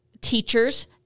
teachers